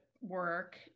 work